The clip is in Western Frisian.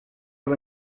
der